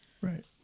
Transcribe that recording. Right